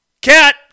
Cat